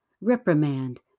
reprimand